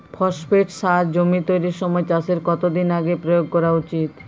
Phosphate সার জমি তৈরির সময় চাষের কত দিন আগে প্রয়োগ করা উচিৎ?